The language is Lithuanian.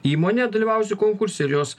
įmonė dalyvavusi konkurse ir jos